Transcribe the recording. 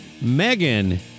Megan